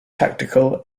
tactical